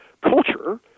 Culture